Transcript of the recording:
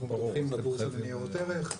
אנחנו מדווחים לבורסה לניירות ערך.